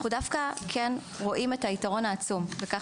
אנחנו רואים את היתרון העצום בכך